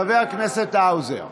של חבר הכנסת האוזר.